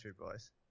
Boys